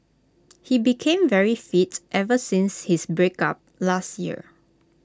he became very fit ever since his breakup last year